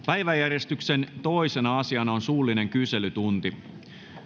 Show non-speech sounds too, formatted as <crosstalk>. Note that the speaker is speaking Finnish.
<unintelligible> päiväjärjestyksen toisena asiana on suullinen kyselytunti